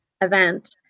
event